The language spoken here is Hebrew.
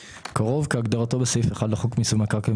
"קרוב" כהגדרתו בסעיף 1 לחוק מיסוי מקרקעין,